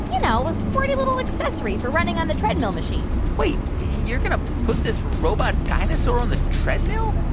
you know, a sporty, little accessory for running on the treadmill machine wait. you're going to put this robot dinosaur on the treadmill?